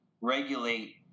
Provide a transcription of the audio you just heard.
regulate